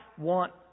want